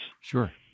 Sure